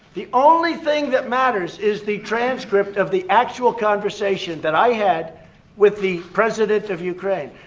the only thing that matters is the transcript of the actual conversation that i had with the president of ukraine.